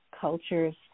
cultures